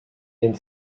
den